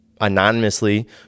anonymously